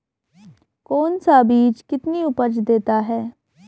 कौन सा बीज कितनी उपज देता है?